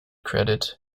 credit